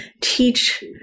teach